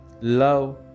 Love